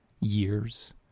years